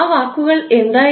ആ വാക്കുകൾ എന്തായിരുന്നു